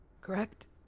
correct